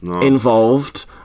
involved